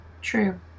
True